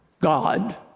God